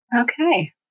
Okay